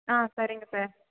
ஆ சரிங்க சார்